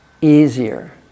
easier